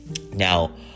Now